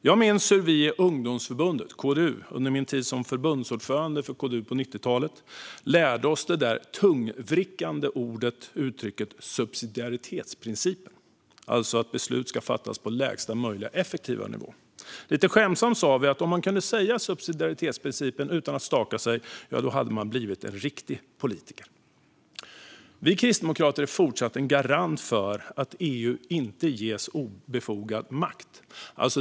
Jag minns hur vi under min tid som förbundsordförande i ungdomsförbundet KDU på 90-talet lärde oss det där tungvrickande ordet och uttrycket "subsidiaritetsprincipen", alltså att beslut ska fattas på lägsta möjliga effektiva nivå. Lite skämtsamt sa vi att om man kunde säga "subsidiaritetsprincipen" utan att staka sig, ja, då hade man blivit en riktig politiker. Vi kristdemokrater är även i fortsättningen en garant för att EU inte ges obefogad makt.